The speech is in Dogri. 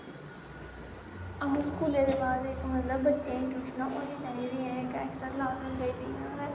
स्कूले दे बाद इक मतलव बच्चें ई टयूशनां होनी चाही दियां इक ऐक्सट्रा क्लास हेनी चाही दी